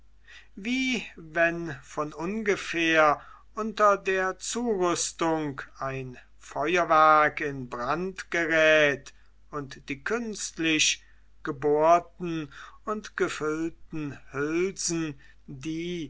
wie wenn von ungefähr unter der zurüstung ein feuerwerk in brand gerät und die künstlich gebohrten und gefüllten hülsen die